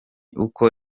uko